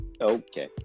Okay